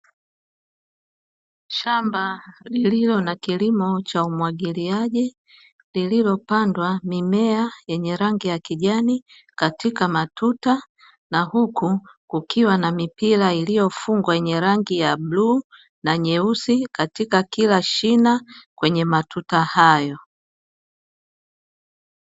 Shamba lililo na kilimo cha umwagiliaji lililopandwa mimea yenye rangi ya kijani katika matuta, na huku kukiwa na mipira iliyofungwa yenye rangi ya bluu na nyeusi katika kila shina kwenye matuta hayo.